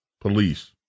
police